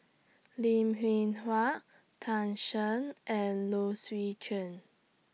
Lim Hwee Hua Tan Shen and Low Swee Chen